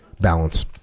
balance